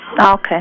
Okay